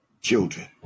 Children